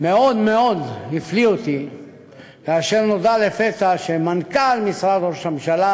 מאוד מאוד הפליא אותי כאשר נודע לפתע שמנכ"ל משרד הממשלה